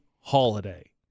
holiday